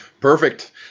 Perfect